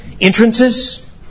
entrances